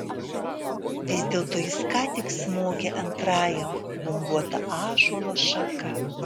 vis dėlto jis ką tik smogė antrajam gumbuota ąžuolo šaka